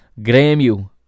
Grêmio